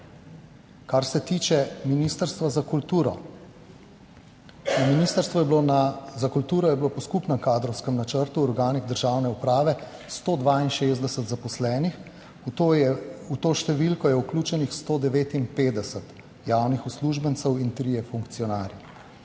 Kar se tiče Ministrstva za kulturo, ministrstvo je bilo na, za kulturo je bilo po skupnem kadrovskem načrtu v organih državne uprave 162 zaposlenih, v to številko je vključenih 159 javnih uslužbencev in trije funkcionarji.